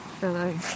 hello